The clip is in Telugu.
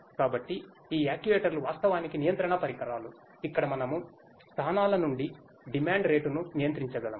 కాబట్టి ఈ యాక్యుయేటర్లు వాస్తవానికి నియంత్రణ పరికరాలు ఇక్కడ మనము స్థానాల నుండి డిమాండ్ రేటును నియంత్రించగలము